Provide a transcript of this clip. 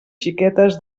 xiquetes